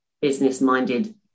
business-minded